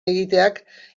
egiteak